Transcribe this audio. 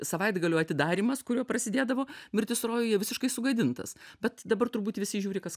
savaitgalių atidarymas kuriuo prasidėdavo mirtis rojuje visiškai sugadintas bet dabar turbūt visi žiūri kas